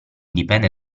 dipende